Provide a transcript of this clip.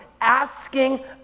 asking